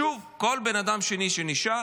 שוב כל בן אדם שני שנשאל